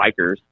bikers